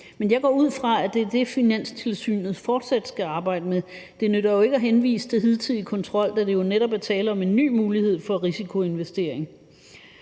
Men jeg går ud fra, at det er det, Finanstilsynet fortsat skal arbejde med. Det nytter ikke at henvise til hidtidig kontrol, da der jo netop er tale om en ny mulighed for risikoinvestering.